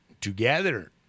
together